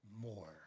more